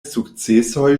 sukcesoj